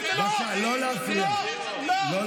חבר